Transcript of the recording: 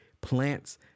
plants